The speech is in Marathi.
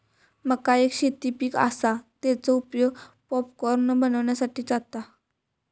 मका एक शेती पीक आसा, तेचो उपयोग पॉपकॉर्न बनवच्यासाठी जाता